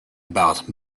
about